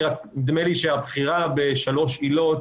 רק נדמה לי שהבחירה בשלוש עילות,